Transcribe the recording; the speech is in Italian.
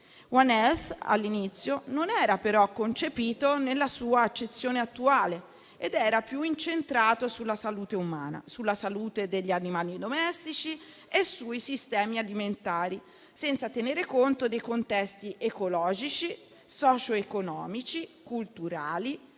tuttavia, all'inizio non era concepito nella sua accezione attuale ed era più incentrato sulla salute umana, sulla salute degli animali domestici e sui sistemi alimentari, senza tenere conto dei contesti ecologici, socioeconomici, culturali